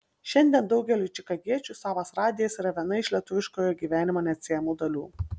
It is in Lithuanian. šiandien daugeliui čikagiečių savas radijas yra viena iš lietuviškojo gyvenimo neatsiejamų dalių